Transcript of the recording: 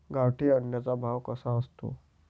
गावठी अंड्याचा भाव कसा असतो?